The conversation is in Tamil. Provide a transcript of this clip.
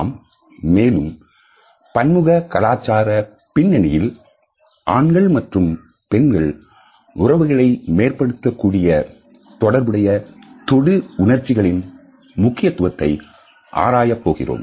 நாம் மேலும் பன்முக கலாச்சார பின்னணியில் ஆண்கள் மற்றும் பெண்கள் உறவுகளை மேம்படுத்தக்கூடிய தொடர்புடைய தொடு உணர்வுகளின் முக்கியத்துவத்தை ஆராயப் போகிறோம்